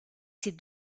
ces